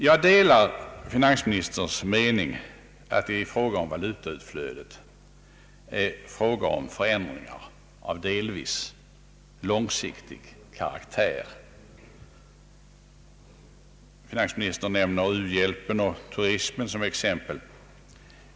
Jag delar finansministerns mening att valutautflödet sammanhänger med förändringar av delvis långsiktig karaktär. Finansministern nämner u-hjälpen och turismen såsom exempel.